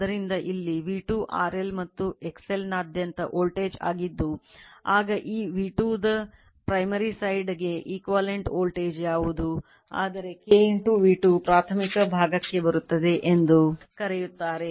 ಆದರೆ K V2 ಪ್ರಾಥಮಿಕ ಭಾಗಕ್ಕೆ ಬರುತ್ತದೆ ಎಂದು ಕರೆಯುತ್ತಾರೆ